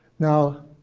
now,